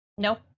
Nope